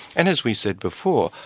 and as we said before,